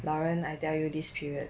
老人 I tell you this period